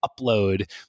upload